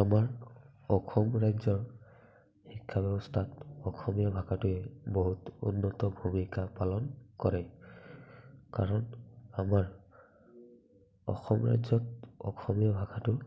আমাৰ অসম ৰাজ্যৰ শিক্ষা ব্যৱস্থাত অসমীয়া ভাষাটোৱে বহুত উন্নত ভুমিকা পালন কৰে কাৰণ আমাৰ অসম ৰাজ্যত অসমীয়া ভাষাটো